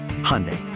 Hyundai